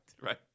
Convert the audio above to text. right